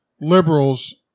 liberals